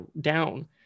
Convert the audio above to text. down